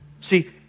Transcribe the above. See